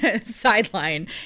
sideline